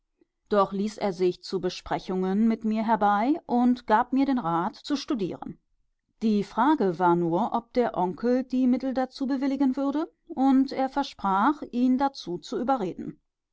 doch ließ er sich zu besprechungen mit mir herbei und gab mir den rat zu studieren die frage war nur ob der onkel die mittel dazu bewilligen würde und er versprach ihn dazu zu überreden